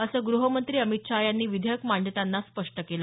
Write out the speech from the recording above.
असं गृहमंत्री शहा यांनी विधेयक मांडताना स्पष्ट केलं